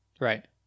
Right